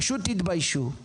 פשוט תתביישו.